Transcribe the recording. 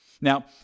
Now